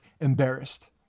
Embarrassed